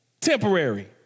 temporary